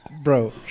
Bro